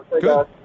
Good